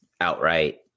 outright